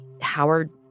Howard